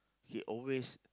ya always